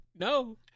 no